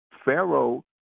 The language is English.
Pharaoh